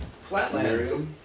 Flatlands